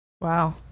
Wow